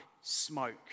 smoke